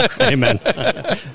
Amen